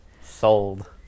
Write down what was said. Sold